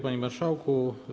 Panie Marszałku!